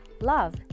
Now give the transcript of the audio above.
love